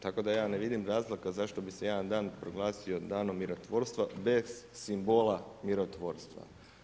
Tako da ja ne vidim razloga zašto bi se jedan dan proglasio danom mirotvorstva bez simbola mirotvorstva.